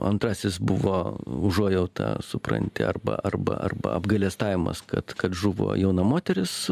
o antrasis buvo užuojauta supranti arba arba arba apgailestavimas kad kad žuvo jauna moteris